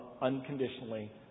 unconditionally